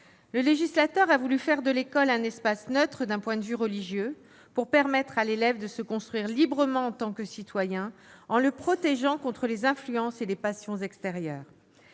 Le législateur a voulu faire de l'école un espace neutre d'un point de vue religieux, pour permettre à l'élève de se construire librement en tant que citoyen, en le protégeant contre les influences et les passions extérieures.